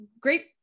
great